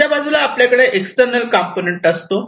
दुसऱ्या बाजूला आपल्याकडे एक्स्टर्नल कंपोनेंट असतो